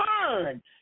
turn